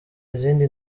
izindi